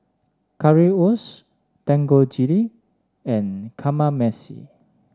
Currywurst Dangojiru and Kamameshi